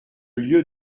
lieu